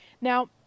Now